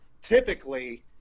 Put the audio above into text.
typically